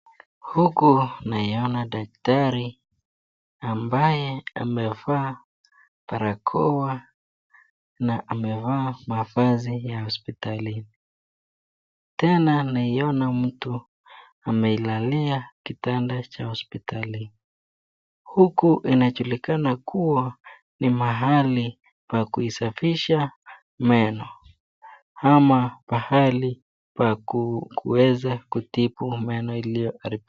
Huku, naiona daktari, ambaye amefaa barakoa, na amevaa mavazi ya hospitali, tena amriona mtu, ameilalia kitanda cha hospitali, huku inajulikana kuwa, ni mahali, pa kuisafisha, meno, hama, pahali pa ku, kuweza kutibu meno iliyo haribi.